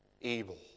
evil